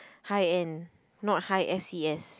high end not high s_e_s